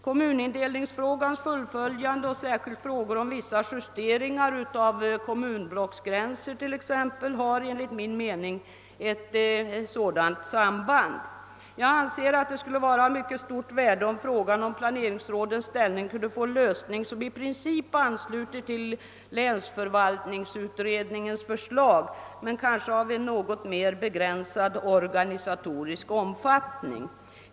Kommunindelningsfrågans fullföljande och särskilt frågor om vissa justeringar av kommunblocksgränser har enligt min mening ett sådant samband. Jag anser att det skulle vara av mycket stort värde, om frågan om planeringsrådens ställning kunde få en lösning som i princip överensstämmer med länsförvaltningsutredningens förslag men kanske med en något mer begränsad organisatorisk omfattning.